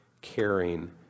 caring